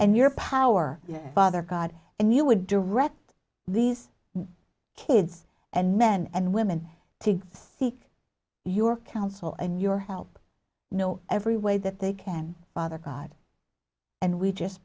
and your power father god and you would direct these kids and men and women to see your counsel and your help know every way that they can father god and we just